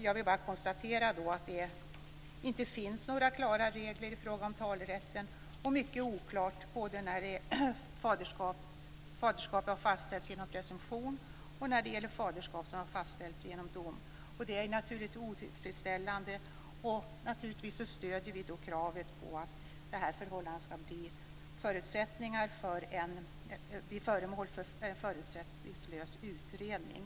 Jag vill bara konstatera att det inte finns några klara regler i fråga om talerätten, och mycket är oklart både när faderskapet har fastställts genom presumtion och när det gäller faderskap som har fastställts genom dom. Det är naturligtvis otillfredsställande, och självfallet stöder vi kravet på att det här förhållandet skall bli föremål för en förutsättningslös utredning.